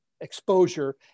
exposure